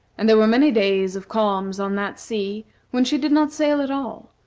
and there were many days of calms on that sea when she did not sail at all,